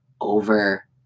over